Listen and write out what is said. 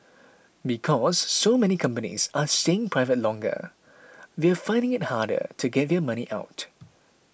because so many companies are staying private longer they're finding it harder to get their money out